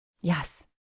Yes